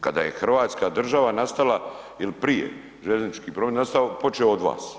Kada je Hrvatska država nastala ili prije željeznički promet nastao počeo od vas.